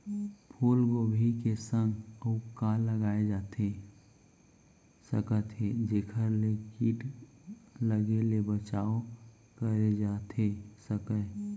फूलगोभी के संग अऊ का लगाए जाथे सकत हे जेखर ले किट लगे ले बचाव करे जाथे सकय?